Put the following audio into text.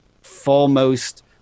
foremost